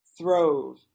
throve